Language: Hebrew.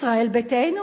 ישראל ביתנו,